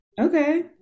Okay